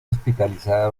hospitalizada